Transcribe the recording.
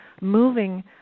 moving